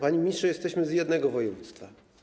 Panie ministrze, jesteśmy z jednego województwa.